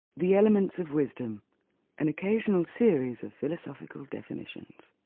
the elements of wisdom an occasional series of philosophical definitions.